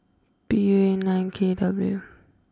P U A nine K W